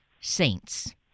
saints